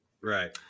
Right